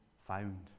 found